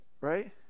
Right